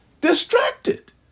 distracted